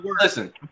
Listen